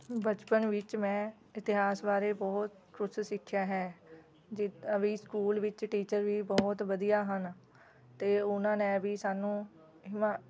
ਬਚਪਨ ਵਿੱਚ ਮੈਂ ਇਤਿਹਾਸ ਬਾਰੇ ਬਹੁਤ ਕੁਝ ਸਿੱਖਿਆ ਹੈ ਜੀ ਵੀ ਸਕੂਲ ਵਿੱਚ ਟੀਚਰ ਵੀ ਬਹੁਤ ਵਧੀਆਂ ਹਨ ਅਤੇ ਉਹਨਾਂ ਨੇ ਵੀ ਸਾਨੂੰ ਹਿਮਾ